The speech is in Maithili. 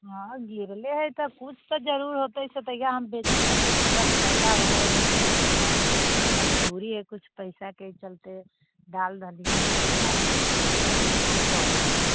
हँ गिरले हइ तऽ किछु तऽ जरूर होतै तऽ तहिआ हम बेचब तऽ किछु हमरा फाइदा होइसँ एखनिए मजबूरी हइ कुछ पइसाके चलिते दाल दलिहन अन्न पानिसब बेचैके पड़ैए